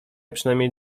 przynajmniej